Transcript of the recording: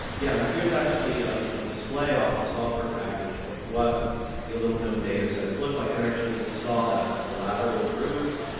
yeah. and here's actually um a display off the software package of what the aluminum datasets look like. and actually we saw that. it's a lateral groove,